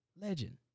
legend